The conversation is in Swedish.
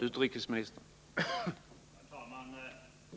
Herr talman!